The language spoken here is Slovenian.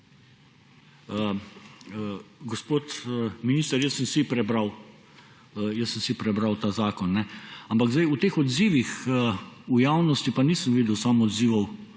Gospod minister, jaz sem si prebral ta zakon, ampak zdaj v teh odzivih v javnosti pa nisem videl samo odzivov